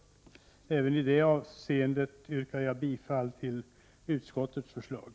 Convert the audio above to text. Även i det avseendet yrkar jag bifall till utskottets hemställan.